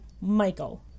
Michael